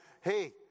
hey